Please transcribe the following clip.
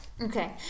Okay